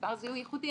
למספר זיהוי ייחודי,